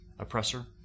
Oppressor